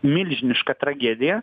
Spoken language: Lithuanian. milžiniška tragedija